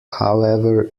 however